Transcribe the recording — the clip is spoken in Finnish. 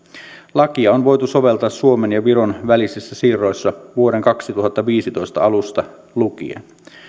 lakia on voitu soveltaa suomen ja viron välisissä siirroissa vuoden kaksituhattaviisitoista alusta lukien